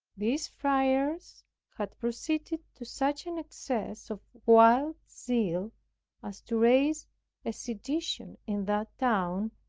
these friars had proceeded to such an excess of wild zeal as to raise a sedition in that town,